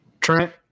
Trent